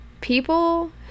people